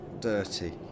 dirty